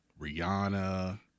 Rihanna